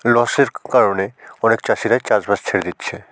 লসের কারণে অনেক চাষিরাই চাষবাস ছেড়ে দিচ্ছে